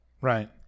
Right